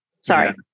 Sorry